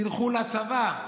תלכו לצבא.